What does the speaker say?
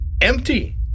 empty